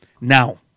Now